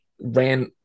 ran